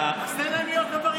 אז תן להם להיות עבריינים.